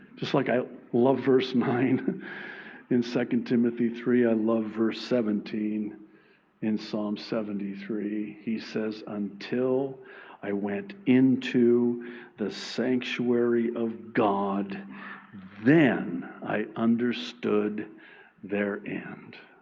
just like i love verse nine in second timothy three i love verse seventeen in psalm seventy three, he says, until i went into the sanctuary of god then i understood their. and